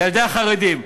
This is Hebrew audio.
ילדי החרדים.